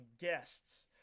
guests